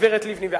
הגברת לבני.